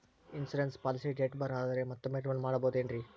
Insurance policy date ಬಾರ್ ಆದರೆ ಮತ್ತೊಮ್ಮೆ ರಿನಿವಲ್ ಮಾಡಿಸಬಹುದೇ ಏನ್ರಿ?